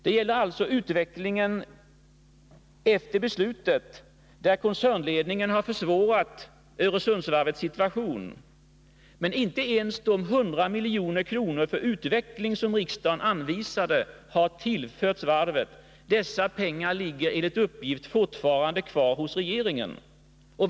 Det gäller alltså utvecklingen är koncernledningen har försvårat Öresundsvarvets situation. Inte ens de 100 milj.kr. för utveckling som riksdagen anvisade har tillförts varvet. Dessa pengar ligger enligt uppgift fortfarande kvar hos regeringen.